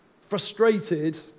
frustrated